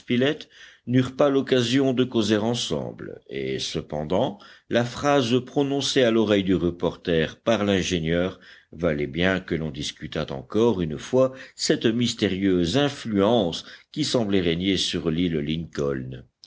n'eurent pas l'occasion de causer ensemble et cependant la phrase prononcée à l'oreille du reporter par l'ingénieur valait bien que l'on discutât encore une fois cette mystérieuse influence qui semblait régner sur l'île lincoln